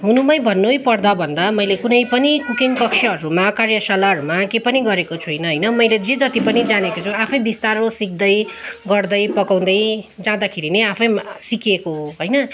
हुनुमै भन्नै पर्दाभन्दा मैले कुनै पनि कुकिङ कक्षाहरूमा कार्यशालाहरूमा के पनि गरेको छुइनँ होइन मैले जे जति पनि जानेको छु आफै बिस्तारो सिक्दै गर्दै पकाउँदै जाँदाखेरि नै आफै सिकेको हो होइन